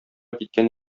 киткән